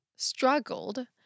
struggled